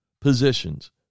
positions